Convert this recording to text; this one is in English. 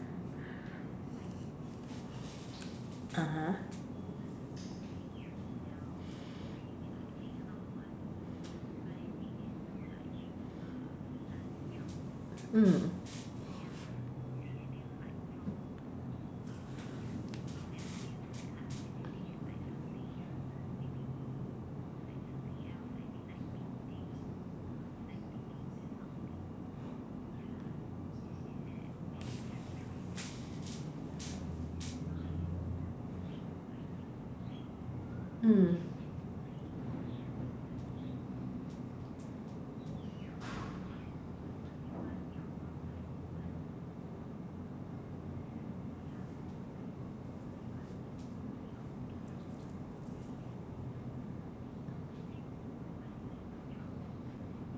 (uh huh) mm mm